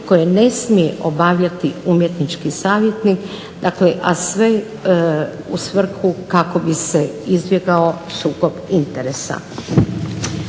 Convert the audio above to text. koje ne smije obavljati umjetnički savjetnik, dakle a sve u svrhu kako bi se izbjegao sukob interesa.